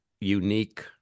unique